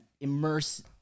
immerse